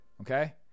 Okay